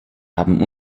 haben